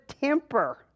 temper